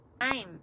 time